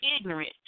ignorant